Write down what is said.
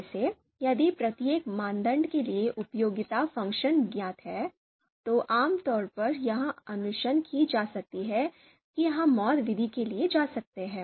जैसे यदि प्रत्येक मानदंड के लिए उपयोगिता फ़ंक्शन ज्ञात है तो आमतौर पर यह अनुशंसा की जाती है कि हम MAUT विधि के लिए जा सकते हैं